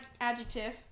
adjective